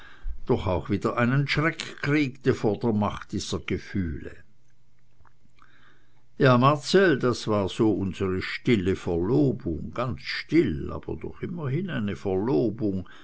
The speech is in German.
doch auch wieder einen schreck kriegte vor der macht dieser gefühle ja marcell das war so unsere stille verlobung ganz still aber doch immerhin eine verlobung